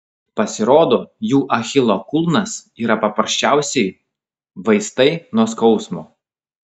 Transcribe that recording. pasirodo jų achilo kulnas yra paprasčiausi vaistai nuo skausmo